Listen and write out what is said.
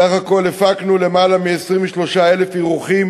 בסך הכול הפקנו למעלה מ-23,000 אירוחים